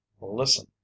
listen